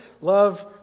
Love